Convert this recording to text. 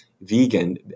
vegan